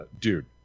dude